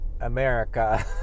America